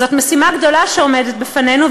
זאת משימה גדולה שעומדת בפנינו,